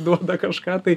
duoda kažką tai